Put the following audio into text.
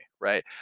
right